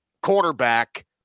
quarterback